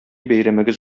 бәйрәмегез